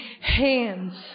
hands